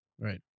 Right